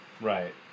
right